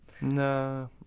no